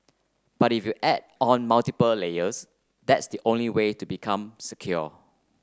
but if you add on multiple layers that's the only way to become secure